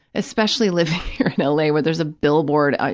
especially living here in l. a, where there's a billboard, ah